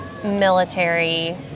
military